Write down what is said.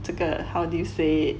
这个 how did you say it